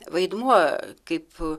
vaidmuo kaip